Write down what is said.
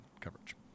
coverage